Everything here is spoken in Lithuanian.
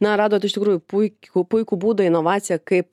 na radot iš tikrųjų puikių puikų būdą inovaciją kaip